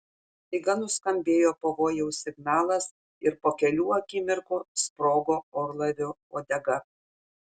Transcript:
staiga nuskambėjo pavojaus signalas ir po kelių akimirkų sprogo orlaivio uodega